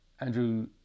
andrew